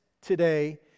today